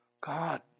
God